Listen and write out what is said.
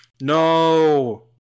No